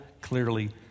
clearly